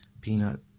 Peanut